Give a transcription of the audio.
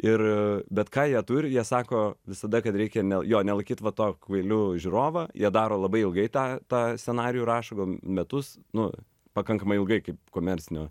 ir bet ką jie turi jie sako visada kad reikia ne jo nelaikyti va to kvailiu žiūrovą jie daro labai ilgai tą tą scenarijų rašo gal metus nu pakankamai ilgai kaip komercinio